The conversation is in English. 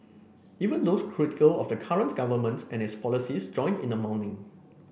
even those critical of the current governments and its policies joined in the mourning